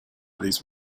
these